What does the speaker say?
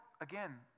again